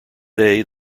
day